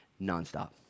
nonstop